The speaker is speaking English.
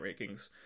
rankings